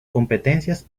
competencias